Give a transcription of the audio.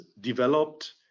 developed